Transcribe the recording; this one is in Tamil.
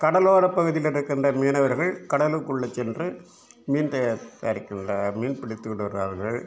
கடலோரப்பகுதியில் இருக்கின்ற மீனவர்கள் கடலுக்குள்ள சென்று மீன் தயா தயாரிக்கின்ற மீன் பிடித்துவிடுகிறார்கள்